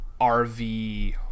RV